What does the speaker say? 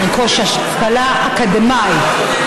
לרכוש השכלה אקדמאית,